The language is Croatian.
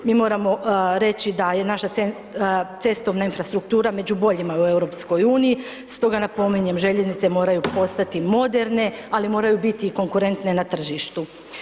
Mi moramo reći da je naša cestovna infrastruktura među boljima u EU, stoga napominjem željeznice moraju postati moderne, ali moraju biti i konkurentne na tržištu.